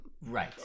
right